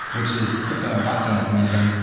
which is crypto and blockchain like you mentioned,